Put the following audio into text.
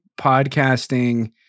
podcasting